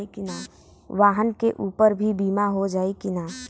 वाहन के ऊपर भी बीमा हो जाई की ना?